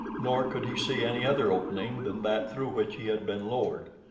nor could he see any other opening than that through which he had been lowered.